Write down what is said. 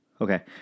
Okay